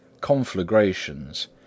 conflagrations